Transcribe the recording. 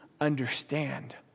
understand